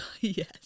Yes